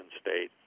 State